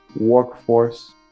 workforce